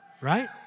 right